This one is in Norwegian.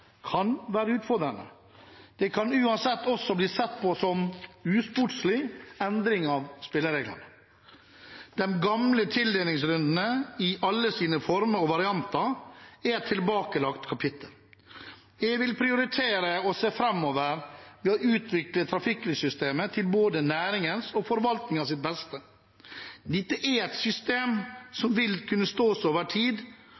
kan være utfordrende. Det kan uansett også bli sett på som en usportslig endring av spillereglene. De gamle tildelingsrundene, i alle sine former og varianter, er et tilbakelagt kapittel. Jeg vil prioritere å se framover ved å utvikle trafikklyssystemet til både næringens og forvaltningens beste. Dette er et system som vil kunne stå seg over tid,